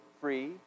free